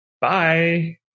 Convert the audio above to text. Bye